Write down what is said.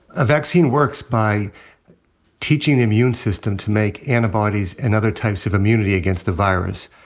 a vaccine works by teaching the immune system to make antibodies and other types of immunity against the virus.